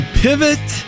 pivot